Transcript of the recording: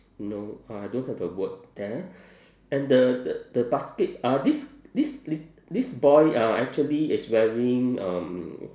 no I don't have a word there and the the the basket ah this this lit~ this boy uh actually is wearing um